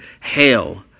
Hail